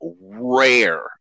rare